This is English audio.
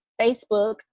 Facebook